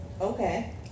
okay